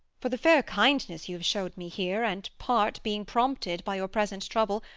for the fair kindness you have show'd me here, and, part, being prompted by your present trouble,